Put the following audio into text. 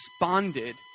responded